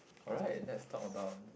alright let's talk about